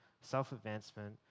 self-advancement